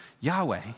Yahweh